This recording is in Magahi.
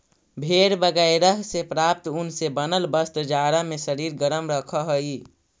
भेड़ बगैरह से प्राप्त ऊन से बनल वस्त्र जाड़ा में शरीर गरम रखऽ हई